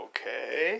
Okay